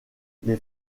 les